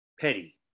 petty